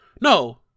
No